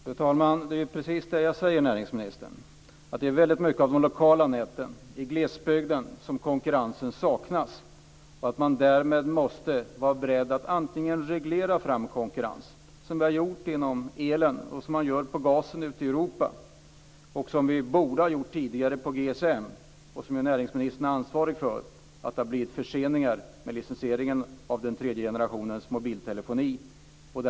Fru talman! Det är precis det jag säger, näringsministern. Det är väldigt mycket i fråga om de lokala näten, i glesbygden, som konkurrensen saknas. Därmed måste man vara beredd att reglera fram konkurrens. Det har vi gjort inom elen, och så gör man i fråga om gasen ute i Europa. Det borde vi också ha gjort tidigare i fråga om GSM. Där är näringsministern ansvarig för att det har blivit förseningar med licensieringen av den tredje generationens moblitelefoni.